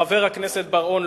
חבר הכנסת בר-און,